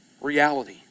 reality